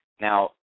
Now